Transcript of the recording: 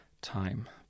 time